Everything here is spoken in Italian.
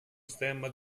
stemma